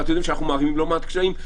ואתם יודעים שאנחנו מערימים לא מעט קשיים,